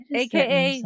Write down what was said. aka